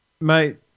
mate